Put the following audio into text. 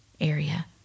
area